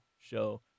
show